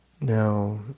Now